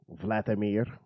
Vladimir